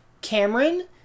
cameron